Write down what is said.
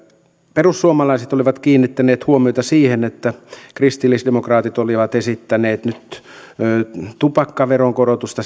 perussuomalaiset olivat kiinnittäneet huomiota siihen että kristillisdemokraatit olivat esittäneet nyt tupakkaveron korotusta